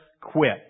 quit